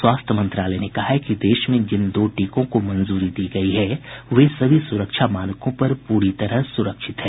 स्वास्थ्य मंत्रालय ने कहा है कि देश में जिन दो टीकों को मंजूरी दी गयी है वे सभी सुरक्षा मानकों पूरी तरह सुरक्षित हैं